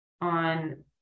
on